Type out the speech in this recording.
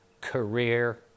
career